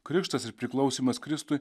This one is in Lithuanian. krikštas ir priklausymas kristui